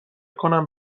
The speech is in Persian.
کنم